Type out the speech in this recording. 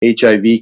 HIV